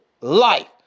life